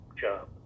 job